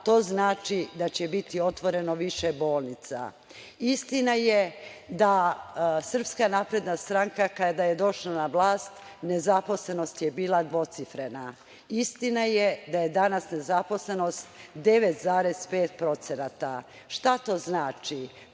To znači da će biti otvoreno više bolnica. Istina je da SNS kada je došla na vlast nezaposlenost je bila dvocifrena. Istina je da je danas nezaposlenost 9,5%. Šta to znači?